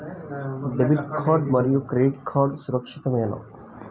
Debit card మరియు credit card సురక్షితమేనా?